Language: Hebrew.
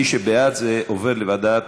מי שבעד, זה עובר לוועדת